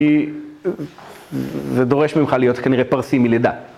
כי זה דורש ממך להיות כנראה פרסי מלידה.